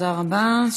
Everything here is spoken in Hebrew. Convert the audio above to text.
תודה רבה.